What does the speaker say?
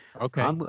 Okay